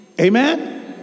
Amen